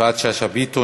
יפעת שאשא ביטון.